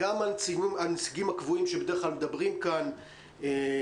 גם הנציגים הקבועים שבדרך כלל מדברים כאן מהאוצר,